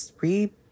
re